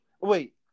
Wait